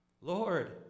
Lord